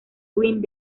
green